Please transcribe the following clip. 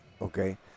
Okay